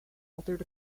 altered